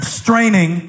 straining